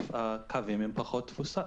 עדיף יותר קווים עם פחות תפוסה.